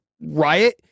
riot